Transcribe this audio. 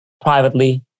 privately